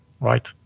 right